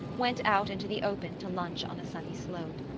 went out into the open to lunch on a sunny slope.